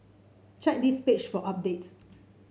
check this page for updates